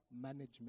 Management